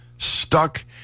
Stuck